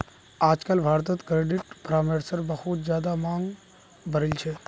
आजकल भारत्त क्रेडिट परामर्शेर बहुत ज्यादा मांग बढ़ील छे